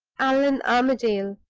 allan armadale.